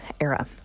era